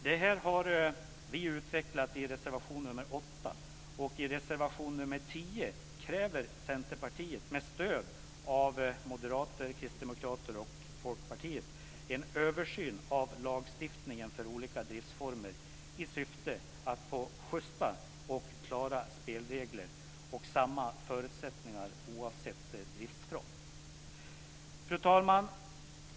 Detta har vi utvecklat i reservation nr 8, och i reservation nr 10 kräver Centerpartiet, med stöd av Moderaterna, Kristdemokraterna och Folkpartiet en översyn av lagstiftningen för olika driftsformer i syfte att få schysta och klara spelregler och samma förutsättningar oavsett driftsform. Fru talman!